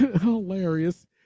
Hilarious